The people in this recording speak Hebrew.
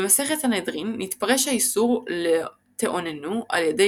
במסכת סנהדרין נתפרש האיסור לא תעוננו על ידי